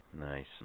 Nice